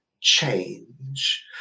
change